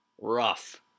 Rough